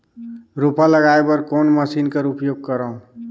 रोपा लगाय बर कोन मशीन कर उपयोग करव?